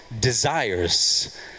desires